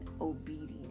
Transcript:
obedience